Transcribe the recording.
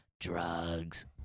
drugs